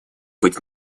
быть